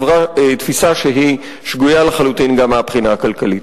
היא שגויה לחלוטין גם מהבחינה הכלכלית.